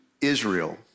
Israel